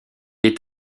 est